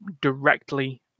directly